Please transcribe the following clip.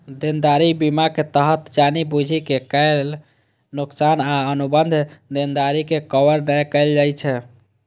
देनदारी बीमा के तहत जानि बूझि के कैल नोकसान आ अनुबंध देनदारी के कवर नै कैल जाइ छै